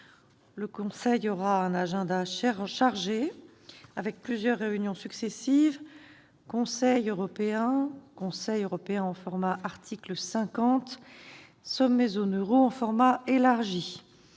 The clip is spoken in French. Le Conseil aura un agenda chargé, avec plusieurs réunions successives : Conseil européen, Conseil européen en format article 50, Sommet zone euro en format élargi.